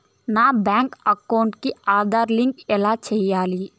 నా bank account కి Aadhaar link ఎలా సేయాలి